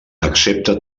accepta